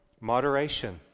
moderation